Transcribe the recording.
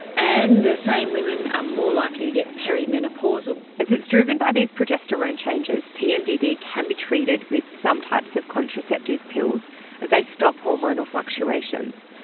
and the same women are more likely to get perimenopausal. as it is driven by these progesterone changes, pmdd can be treated with some types of contraceptive pills as they stop hormonal fluctuations.